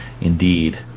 Indeed